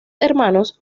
hermanos